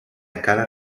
escala